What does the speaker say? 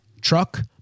truck